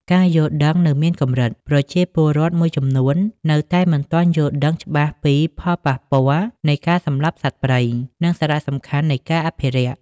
ការយល់ដឹងនៅមានកម្រិត ប្រជាពលរដ្ឋមួយចំនួននៅតែមិនទាន់យល់ដឹងច្បាស់ពីផលប៉ះពាល់នៃការសម្លាប់សត្វព្រៃ និងសារៈសំខាន់នៃការអភិរក្ស។